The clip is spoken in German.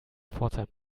pforzheim